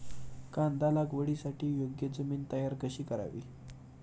कांदा लागवडीसाठी योग्य जमीन तयार कशी करावी?